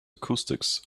acoustics